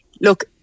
Look